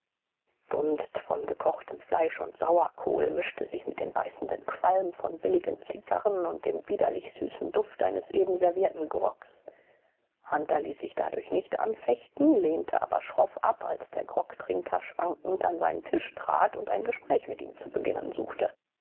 dunst von gekochtem fleisch und sauerkohl mischte sich mit dem beißenden qualm von billigen zigarren und dem widerlich süßen duft eines eben servierten grogs hunter ließ sich dadurch nicht anfechten lehnte aber schroff ab als der grogtrinker schwankend an seinen tisch trat und ein gespräch mit ihm zu beginnen suchte